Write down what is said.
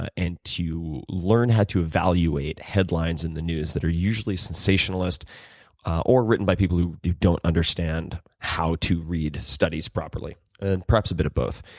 and learn how to evaluate headline sin the news that are usually sensationalist or written by people who don't understand how to read studies properly, and perhaps a bit of both.